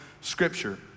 scripture